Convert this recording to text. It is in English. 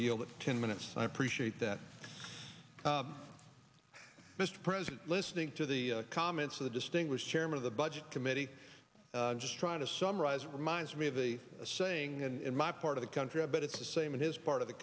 deal that ten minutes i appreciate that mr president listening to the comments of the distinguished chairman of the budget committee just trying to summarize reminds me of the saying in my part of the country but it's the same in his part of the